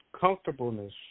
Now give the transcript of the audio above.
comfortableness